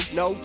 no